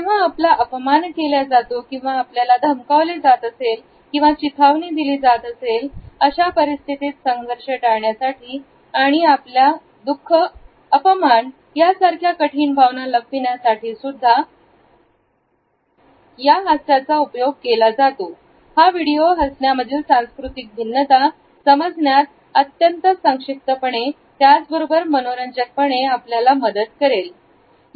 जेव्हा आपला अपमान केल्या जातो किंवा आपल्याला धमकावले जात असेल किंवा चिथावणी दिली जात असेल अशा परिस्थितीत संघर्ष टाळण्यासाठी आणि आपल्या दुःख अपमान सारख्या कठीण भावना लपविण्यासाठी सुद्धा फास्ट चा उपयोग केला जातो हा व्हिडीओ हसण्या मधील सांस्कृतिक भिन्नता समजण्यात अत्यंत संक्षिप्तपणे पण त्याचबरोबर मनोरंजक पणे आपल्याला मदत करेल